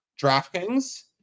DraftKings